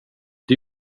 det